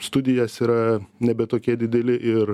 studijas yra nebe tokie dideli ir